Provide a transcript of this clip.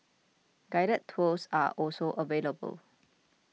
guided tours are also available